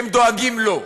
הם דואגים לו.